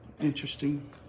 interesting